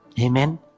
Amen